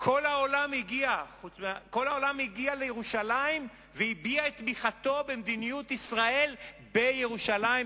כל העולם הגיע לירושלים והביע את תמיכתו במדיניות ישראל בירושלים,